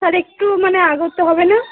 আর একটু মানে আগস্টে হবে না